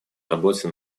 работе